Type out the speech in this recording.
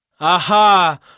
Aha